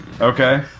Okay